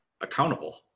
accountable